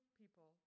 people